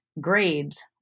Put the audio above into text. grades